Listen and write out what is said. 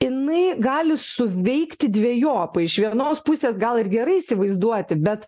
jinai gali suveikti dvejopai iš vienos pusės gal ir gerai įsivaizduoti bet